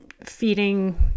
feeding